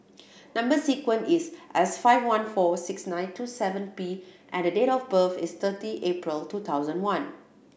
number sequence is S five one four six nine two seven P and the date of birth is thirty April two thousand one